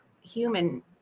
human